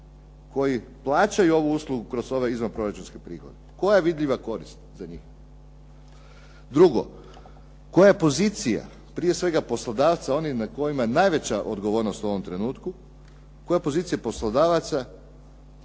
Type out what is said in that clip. koji plaćaju ovu uslugu kroz ove izvanproračunske prihode koja je vidljiva korist za njih. Drugo, koja je pozicija, prije svega poslodavca onih na kojima je najveća odgovornost u ovom trenutku, koja je pozicija poslodavaca